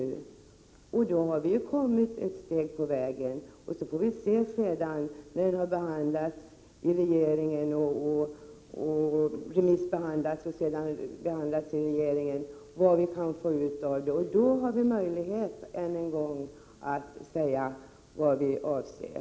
HM Därmed har vi ju kommit ett steg på vägen. Sedan får vi se vad vi, när utredningen är klar med sitt arbete och betänkandet har remissbehandlats och behandlats av regeringen, kan få ut av det. Då har vi möjlighet att änen = Utlänningsärenden gång säga vad vi avser.